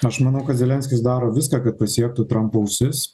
aš manau kad zelenskis daro viską kad pasiektų trampo ausis